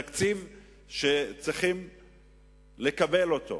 תקציב שצריכים לקבל אותו.